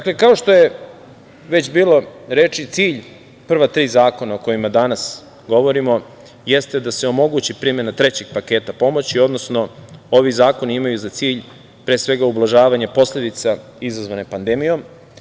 Kao što je već bilo reči, cilj prva tri zakona o kojima danas govorimo jeste da se omogući primena trećeg paketa pomoći, odnosno ovi zakoni imaju za cilj pre svega ublažavanje posledica izazvanih pandemijom.